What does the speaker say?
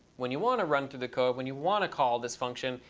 when you want to run through the code, when you want to call this function,